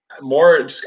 more –